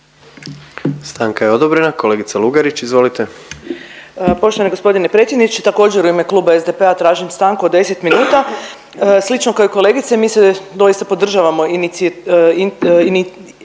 Stanka je odobrena. Kolegica Lugarić izvolite. **Lugarić, Marija (SDP)** Poštovani g. predsjedniče, također u ime Kluba SDP-a tražim stanku od 10 minuta. Slično kao i kolegice, mislim doista podržavamo inici…